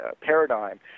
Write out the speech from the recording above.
paradigm